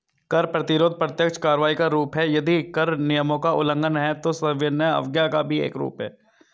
कर प्रतिरोध प्रत्यक्ष कार्रवाई का रूप है, यदि कर नियमों का उल्लंघन है, तो सविनय अवज्ञा का भी एक रूप है